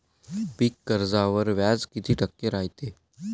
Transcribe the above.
पीक कर्जावर व्याज किती टक्के रायते?